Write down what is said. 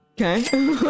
okay